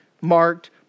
marked